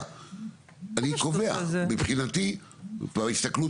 יש לכם פיק והוא